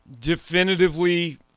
definitively